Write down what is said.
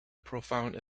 profound